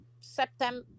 September